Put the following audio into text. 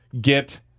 get